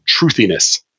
truthiness